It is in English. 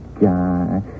guy